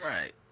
Right